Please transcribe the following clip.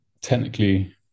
technically